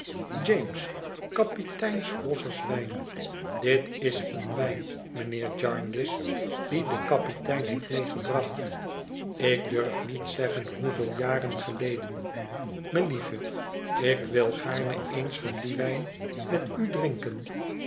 james kapitein swosser's wijn dit is een wijn mijnheer jarndyce dien de kapitein heeft meegebracht ik durf niet zeggen hoeveel jaar geleden melieve ik wil gaarne eens van dien wijn met u drinken